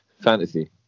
Fantasy